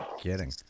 kidding